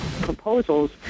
proposals